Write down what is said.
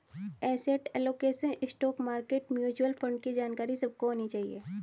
asset allocation, stock market, mutual fund की जानकारी सबको होनी चाहिए